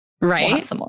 Right